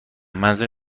منظورم